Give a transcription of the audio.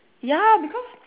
ya because